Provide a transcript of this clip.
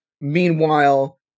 Meanwhile